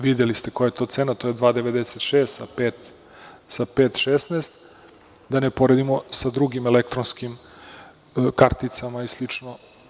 Videli ste koja je to cena, to je 2,96 sa 5,16, da ne poredimo sa drugim elektronskim karticama i slično.